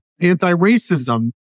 anti-racism